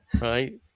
right